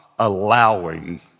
allowing